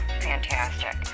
Fantastic